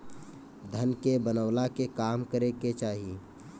धन के बनवला के काम करे के चाही